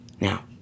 Now